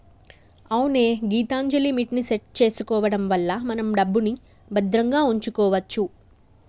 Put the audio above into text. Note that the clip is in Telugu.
అవునే గీతాంజలిమిట్ ని సెట్ చేసుకోవడం వల్ల మన డబ్బుని భద్రంగా ఉంచుకోవచ్చు